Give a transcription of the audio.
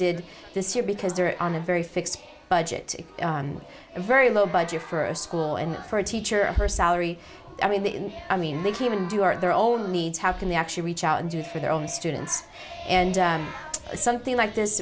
did this year because they're on a very fixed budget very low budget for a school and for a teacher her salary i mean the i mean they can even do art their own needs how can they actually reach out and do it for their own students and something like this